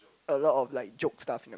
a lot of like joke stuff in them